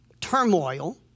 turmoil